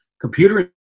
computer